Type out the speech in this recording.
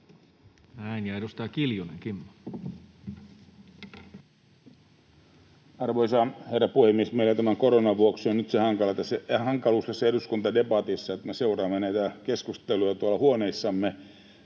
Time: 17:05 Content: Arvoisa herra puhemies! Meillä tämän koronan vuoksi on nyt se hankaluus tässä eduskuntadebatissa, että me seuraamme näitä keskusteluja tuolla huoneissamme